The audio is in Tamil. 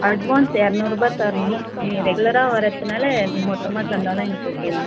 அட்வான்ஸ் எரநூறுபாய் தரணும் நீ ரெகுலராக வரத்தினால் நீ மொத்தமாக தந்தாலும் எனக்கு ஓகே தான்